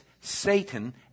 Satan